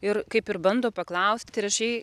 ir kaip ir bando paklausti ir aš jai